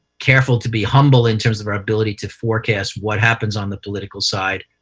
careful to be humble in terms of our ability to forecast what happens on the political side.